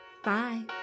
Bye